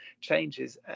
changes